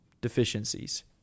deficiencies